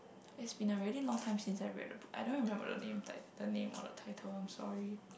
it's been really a long time since I read a book I don't remember the name ti~ the name or the title I'm sorry